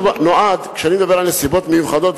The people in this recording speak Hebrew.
כשאני מדבר על נסיבות מיוחדות,